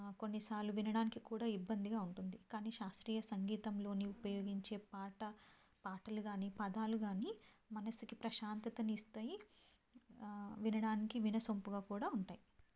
కొన్నిసార్లు వినడానికి కూడా ఇబ్బందిగా ఉంటుంది కానీ శాస్త్రీయ సంగీతంలోని ఉపయోగించే పాట పాటలు కానీ పదాలు కానీ మనసుకి ప్రశాంతతనిస్తాయి వినడానికి వినసొంపుగా కూడా ఉంటాయి